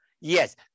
Yes